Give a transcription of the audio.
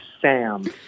Sam